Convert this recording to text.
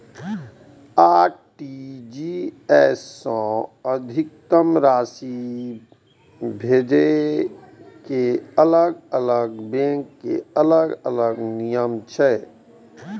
RTGS सं अधिकतम राशि भेजै के अलग अलग बैंक के अलग अलग नियम छै